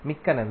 மிக்க நன்றி